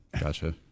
gotcha